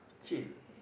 chill